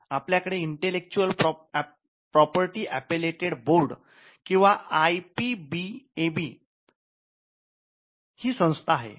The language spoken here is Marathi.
आपल्याकडे इंटलेक्चुअल प्रॉपर्टी अपॅलेटेड बोर्ड किंवा आय पी बी एबी ही संस्था आहे